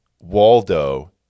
Waldo